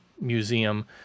museum